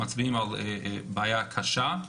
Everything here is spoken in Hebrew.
מצביעים על בעיה קשה.